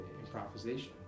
improvisation